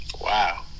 Wow